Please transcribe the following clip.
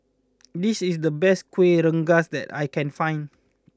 this is the best Kuih Rengas that I can find